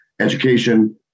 education